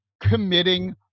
committing